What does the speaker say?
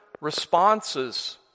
responses